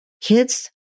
Kids